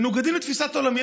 לתפיסת עולמי,